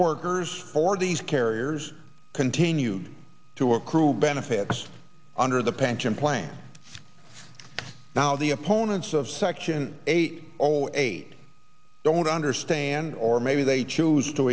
workers or these carriers continued to accrue benefits under the pension plan now the opponents of section eight zero eight don't understand or maybe they choose to